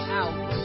out